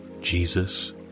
Jesus